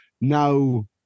Now